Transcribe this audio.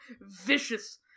Vicious